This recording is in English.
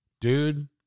Dude